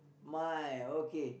my okay